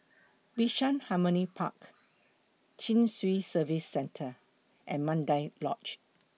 Bishan Harmony Park Chin Swee Service Centre and Mandai Lodge